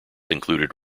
included